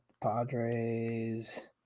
Padres